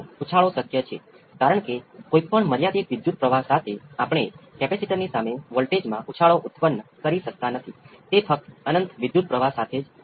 હવે આ એક રસપ્રદ બાબત છે અને કેટલીકવાર તે ઉપયોગી સાબિત થાય છે કે આપેલ ઇનપુટ માટે જે V p ω અને 5 આપવામાં આપેલ છે input V p cos ω t 5 છે